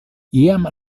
iam